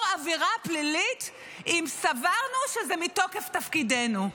עבירה פלילית אם סברנו שזה מתוקף תפקידנו.